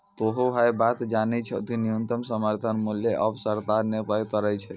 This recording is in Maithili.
तोहों है बात जानै छौ कि न्यूनतम समर्थन मूल्य आबॅ सरकार न तय करै छै